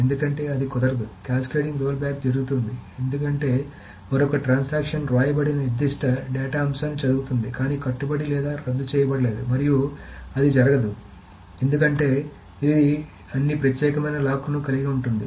ఎందుకంటే అది కుదరదు కాస్కేడింగ్ రోల్బ్యాక్ జరుగుతుంది ఎందుకంటే మరొక ట్రాన్సాక్షన్ వ్రాయబడిన నిర్దిష్ట డేటా అంశాన్ని చదువుతుంది కానీ కట్టుబడి లేదా రద్దు చేయబడలేదు మరియు అది జరగదు ఎందుకంటే ఇది అన్ని ప్రత్యేకమైన లాక్లను కలిగి ఉంటుంది